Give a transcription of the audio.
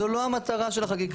זו לא המטרה של החקיקה.